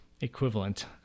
equivalent